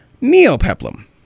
Neo-Peplum